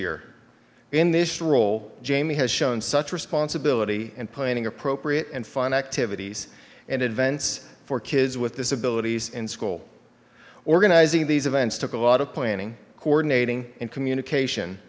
year in this role jamie has shown such responsibility and planning appropriate and fun activities and events for kids with disabilities in school organizing these events took a lot of planning coordinating and communication